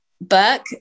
book